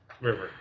river